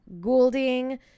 Goulding